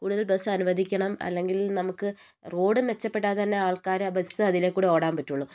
കൂടുതൽ ബസ് അനുവദിക്കണം അല്ലെങ്കിൽ നമുക്ക് റോഡ് മെച്ചപ്പെട്ടാൽത്തന്നെ ആൾക്കാർ ബസ് അതിലേ കൂടെ ഓടാൻ പറ്റുള്ളൂ